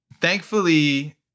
thankfully